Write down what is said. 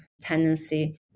tendency